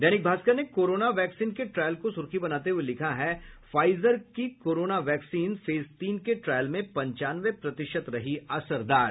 दैनिक भास्कर ने corona vaccine के trial को सुर्खी बनाते हुए लिखा है फाइजर की कोरोना वैक्सीन फेज तीन के ट्रायल में पंचानवे प्रतिशत रही असरदार